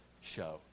show